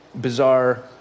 bizarre